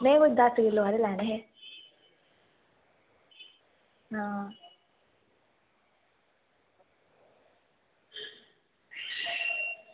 मे ते दस्स किलो हारे लैने हे आं